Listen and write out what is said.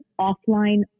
offline